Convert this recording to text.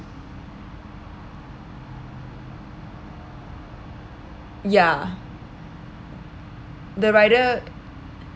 ya the rider